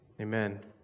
Amen